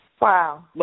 Wow